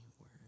word